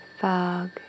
fog